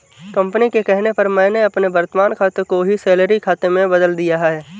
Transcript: company के कहने पर मैंने अपने वर्तमान खाते को ही सैलरी खाते में बदल लिया है